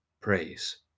praise